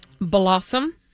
Blossom